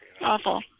Awful